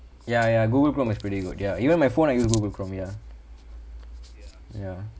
ya ya google chrome is pretty good ya even my phone I use google chrome ya ya